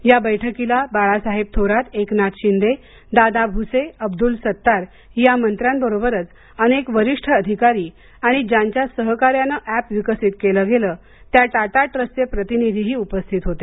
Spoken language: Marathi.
या बैठकीला बाळासाहेब थोरात एकनाथ शिंदे दादा भुसे अब्दुल सत्तार या मंत्र्यांबरोबरच अनेक वरिष्ठ अधिकारी आणि ज्यांच्या सहकाऱ्यानं अॅप विकसीत केलं आहे त्या टाटा ट्रस्टचे प्रतिनिधीही उपस्थित होते